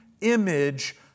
image